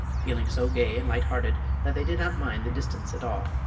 feeling so gay and light-hearted that they did not mind the distance at all.